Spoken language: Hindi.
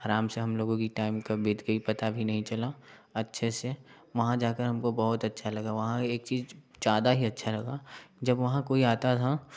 आराम से हम लोगों की टाइम कब बीत गई पता भी नहीं चला अच्छे से वहाँ जाकर हमको बहुत अच्छा लगा वहाँ एक चीज ज़्यादा ही अच्छा लगा जब वहाँ कोई आता था